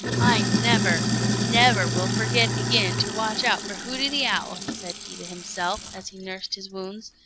i never, never will forget again to watch out for hooty the owl, said he to himself, as he nursed his wounds,